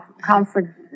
comfort